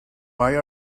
why